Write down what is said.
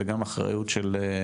זה אחריות של,